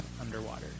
underwater